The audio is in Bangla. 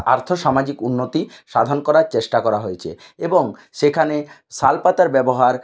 আর্থসামাজিক উন্নতি সাধন করার চেষ্টা করা হয়েছে এবং সেখানে শালপাতার ব্যবহার